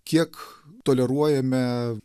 kiek toleruojame